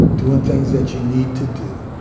doing things that you need to do,